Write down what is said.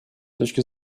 точки